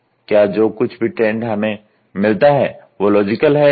क्या जो कुछ भी ट्रेंड हमें मिलता है वो लॉजिकल है या नहीं